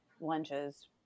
lunches